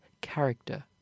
character